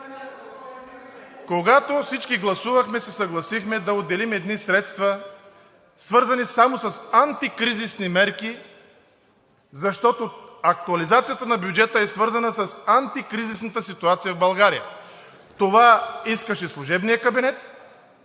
Когато всички гласувахме, се съгласихме да отделим едни средства, свързани само с антикризисните мерки, защото актуализацията на бюджета е свързана с антикризисната ситуация в България. Това го искаше служебният кабинет,